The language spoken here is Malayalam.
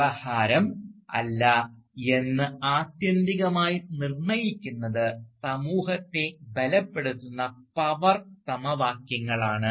വ്യവഹാരം അല്ല എന്ന് ആത്യന്തികമായി നിർണ്ണയിക്കുന്നത് സമൂഹത്തെ ബലപ്പെടുത്തുന്ന പവർ സമവാക്യങ്ങളാണ്